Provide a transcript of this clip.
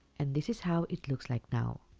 and this is how it looks like now.